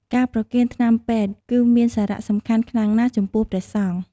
ការប្រគេនថ្នាំពេទ្យ គឺមានសារៈសំខាន់ខ្លាំងណាស់ចំពោះព្រះសង្ឃ។